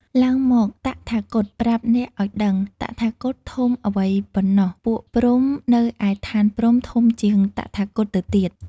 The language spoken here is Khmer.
ឡើងមក! តថាគតប្រាប់អ្នកឱ្យដឹង! តថាគតធំអ្វីប៉ុណ្ណោះ ពួកព្រហ្មនៅឯឋានព្រហ្មធំជាងតថាគតទៅទៀត"។